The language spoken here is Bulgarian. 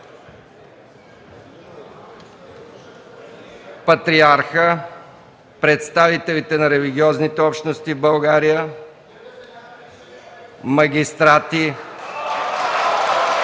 патриархът, представителите на религиозните общности в България, магистрати